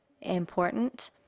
important